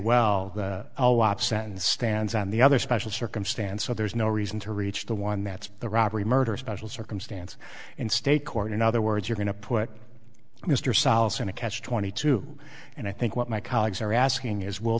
well send stands on the other special circumstance so there's no reason to reach the one that's the robbery murder special circumstance and state court in other words you're going to put mr solace in a catch twenty two and i think what my colleagues are asking is will